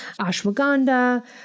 ashwagandha